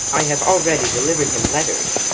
i have already delivered him letters,